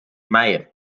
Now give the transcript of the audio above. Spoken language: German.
meier